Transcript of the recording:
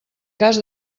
cas